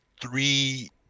three